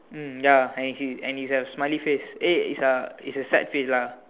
mm ya and it's and it's a smiley face eh it's a it's a sad face lah